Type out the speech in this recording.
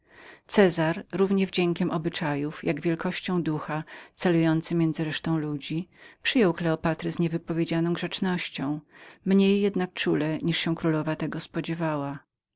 cezar równie wdziękiem obyczajów jako wielkością ducha celując między resztą ludzi przyjął kleopatrę z niewypowiedzianą grzecznością mniej jednak czule niż się królowa tego spodziewała